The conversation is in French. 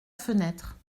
fenêtre